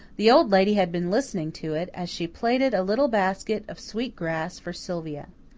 the old lady had been listening to it, as she plaited a little basket of sweet grass for sylvia.